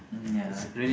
mm yeah